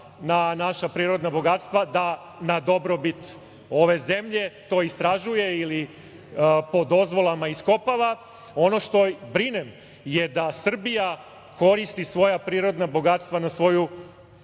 na naša prirodna bogatstva da na dobrobit ove zemlje to istražuje ili po dozvolama iskopava, ono što i brinem je da Srbija koristi svoja prirodna bogatstva na svoju